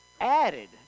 added